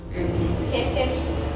can can be